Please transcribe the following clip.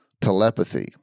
telepathy